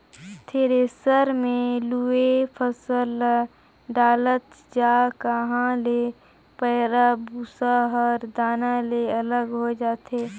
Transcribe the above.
thresher मे लुवय फसल ल डालत जा तहाँ ले पैराःभूसा हर दाना ले अलग हो जाथे